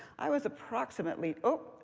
i was approximately oh,